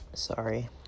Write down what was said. Sorry